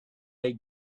they